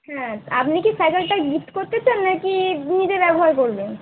হ্যাঁ আপনি কি সাইকেলটা গিফট করতে চান নাকি নিজে ব্যবহার করবেন